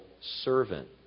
servant